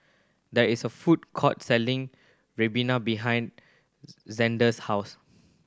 there is a food court selling ribena behind Zander's house